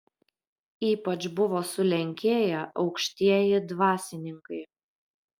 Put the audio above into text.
ypač buvo sulenkėję aukštieji dvasininkai